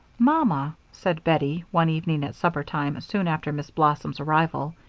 mamma, said bettie, one evening at supper time, soon after miss blossom's arrival,